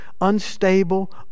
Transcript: unstable